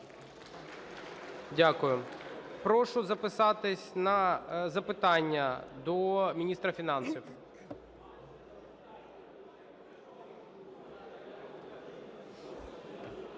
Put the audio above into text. Дякую. Прошу записатись на запитання до міністра фінансів.